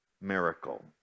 Miracle